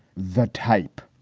the type.